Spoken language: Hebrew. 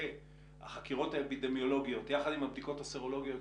והחקירות האפידמיולוגיות יחד עם הבדיקות הסרולוגיות,